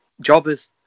Jobber's